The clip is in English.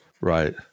Right